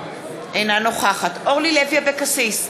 אינה נוכחת אורלי לוי אבקסיס,